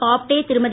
Bobde Thirumathi